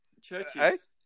Churches